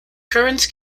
currents